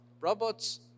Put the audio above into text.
robots